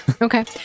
Okay